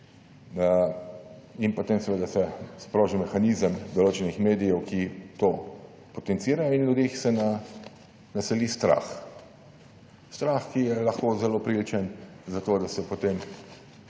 in potem se sproži mehanizem določenih medijev, ki to potencirajo, in v ljudeh se naseli strah - strah, ki je lahko zelo priročen za to, da se potem